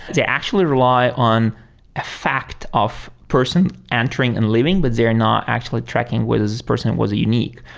they actually rely on a fact of person entering and leaving, but they're not actually tracking whether this person was unique.